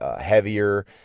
Heavier